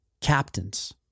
Captains